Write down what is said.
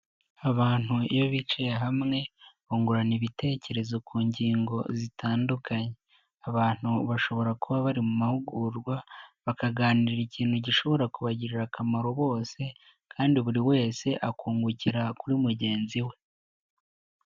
Abantu iyo bicaye hamwe bungurana ibitekerezo ku ngingo zitandukanye. Abantu bashobora kuba bari mu mahugurwa, bakaganira ikintu gishobora kubagirira akamaro bose kandi buri wese akungukira kuri mugenzi we.